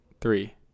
Three